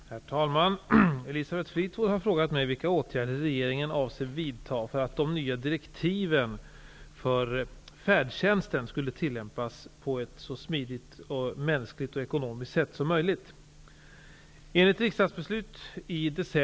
Herr talman! Elisabeth Fleetwood har frågat mig vilka åtgärder regeringen avser att vidta för att de nya direktiven för färdtjänsten skall tillämpas på ett så smidigt, mänskligt och ekonomiskt sätt som möjligt.